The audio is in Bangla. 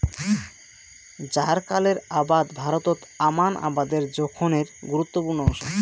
জ্বারকালের আবাদ ভারতত আমান আবাদের জোখনের গুরুত্বপূর্ণ অংশ